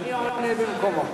אני עונה במקומו.